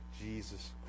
Jesus